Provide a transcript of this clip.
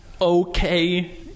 okay